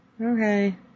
okay